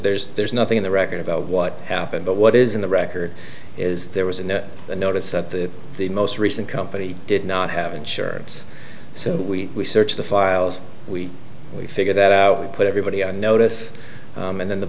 there's there's nothing in the record about what happened but what is in the record is there was a no notice that the most recent company did not have insurance so we searched the files we we figured out we put everybody on notice and then the